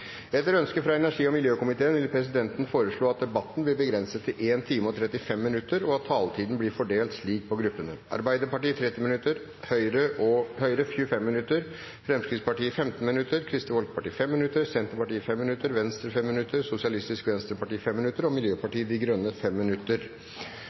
Etter ønske fra energi- og miljøkomiteen vil presidenten foreslå at debatten blir begrenset til 1 time og 35 minutter, og at taletiden blir fordelt slik på gruppene: Arbeiderpartiet 30 minutter, Høyre 25 minutter, Fremskrittspartiet 15 minutter, Kristelig Folkeparti 5 minutter, Senterpartiet 5 minutter, Venstre 5 minutter, Sosialistisk Venstreparti 5 minutter og